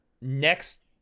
Next